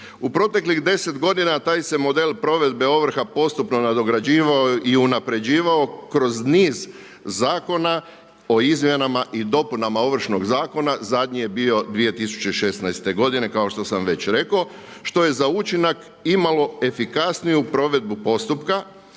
U proteklih 10 godina taj se model provedbe ovrha postupno nadograđivao i unapređivao kroz niz zakona o izmjenama i dopunama Ovršnog zakona, zadnji je bio 2016. godine kao što sam već rekao što je za učinak imalo efikasniju provedbu postupka,